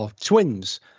twins